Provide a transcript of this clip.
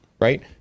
Right